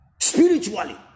Spiritually